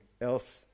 else